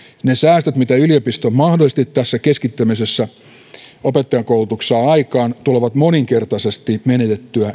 ne säästöt mitä yliopisto mahdollisesti tässä opettajakoulutuksen keskittämisessä saa aikaan tulevat moninkertaisesti menetetyiksi